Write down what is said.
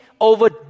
over